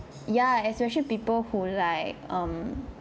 yeah especially people who like um